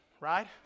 Right